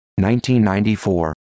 1994